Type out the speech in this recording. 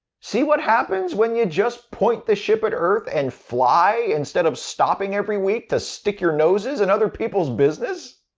see what happens when you just point the ship at earth and fly instead of stopping every week to stick your noses in other people's business?